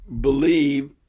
believe